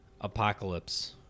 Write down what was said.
apocalypse